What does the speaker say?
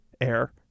air